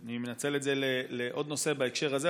אני מנצל את זה לעוד נושא בהקשר הזה,